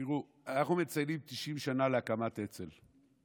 תראו, אנחנו מציינים 90 שנה להקמת אצ"ל,